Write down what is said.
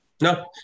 No